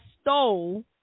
stole